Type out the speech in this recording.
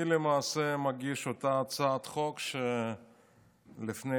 אני למעשה מגיש את אותה הצעת חוק שהגיש לפני